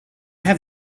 have